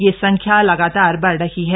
यह संख्या लगातार बढ़ रही है